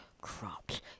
crops